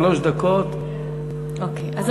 שלוש דקות לרשותך.